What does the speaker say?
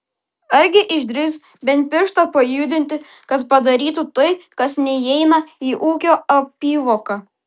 argi išdrįs bent pirštą pajudinti kad padarytų tai kas neįeina į ūkio apyvoką